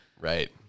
right